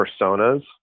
personas